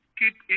keep